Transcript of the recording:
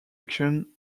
action